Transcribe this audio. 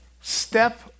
step